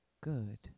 good